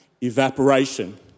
evaporation